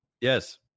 Yes